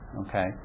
Okay